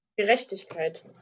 Gerechtigkeit